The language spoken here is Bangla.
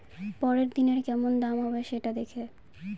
পরের দিনের কেমন দাম হবে, সেটা দেখে